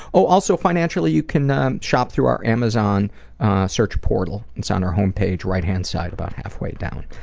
oh, also financially, you can um shop through our amazon search portal. it's on our home page, right-hand side about halfway down.